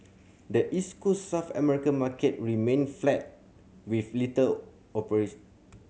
the East Coast South American market remained flat with little